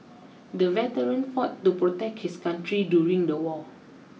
the veteran fought to protect his country during the war